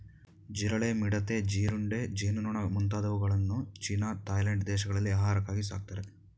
ಜಿರಳೆ, ಮಿಡತೆ, ಜೀರುಂಡೆ, ಜೇನುನೊಣ ಮುಂತಾದವುಗಳನ್ನು ಚೀನಾ ಥಾಯ್ಲೆಂಡ್ ದೇಶಗಳಲ್ಲಿ ಆಹಾರಕ್ಕಾಗಿ ಸಾಕ್ತರೆ